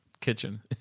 kitchen